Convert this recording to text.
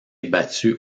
battu